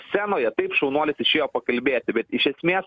scenoje taip šaunuolis išėjo pakalbėti bet iš esmės